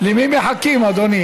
למי מחכים, אדוני?